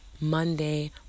Monday